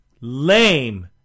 lame